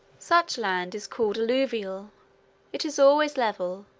such land is called alluvial it is always level,